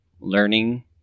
learning